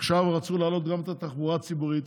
עכשיו רצו להעלות גם את התחבורה הציבורית.